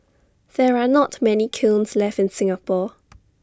there are not many kilns left in Singapore